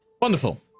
Wonderful